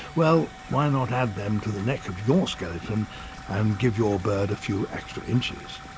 well, why not add them to the neck of your skeleton and give your bird a few extra inches.